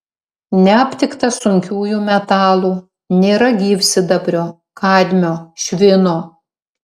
neaptikta sunkiųjų metalų nėra gyvsidabrio kadmio švino